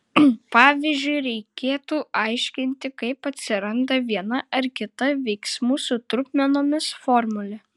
pavyzdžiui reikėtų aiškinti kaip atsiranda viena ar kita veiksmų su trupmenomis formulė